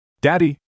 Daddy